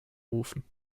rufen